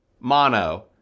Mono